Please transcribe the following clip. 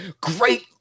great